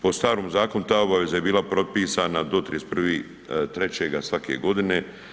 Po starom zakonu ta obaveza je bila propisana do 31.3. svake godine.